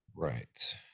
Right